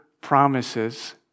promises